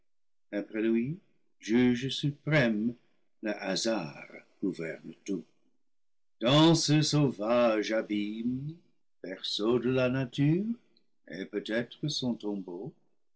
juge suprême le hasard gouverne tout dans ce sauvage abîme berceau de la nature et peut-être son tombeau